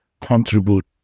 contribute